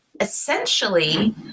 essentially